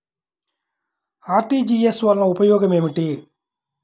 RTGS వలన ఉపయోగం ఏమిటీ?